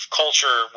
culture